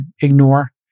ignore